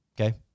Okay